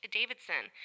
Davidson